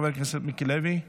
חבר הכנסת מיקי לוי,